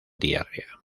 diarrea